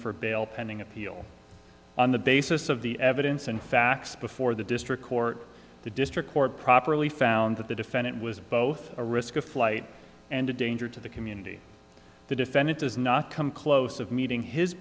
for bail pending appeal on the basis of the evidence and facts before the district court the district court properly found that the defendant was both a risk of flight and a danger to the community the defendant does not come close of meeting his